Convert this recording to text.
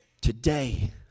today